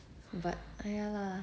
but !aiya! lah